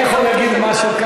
אני יכול להגיד משהו,